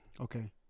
okay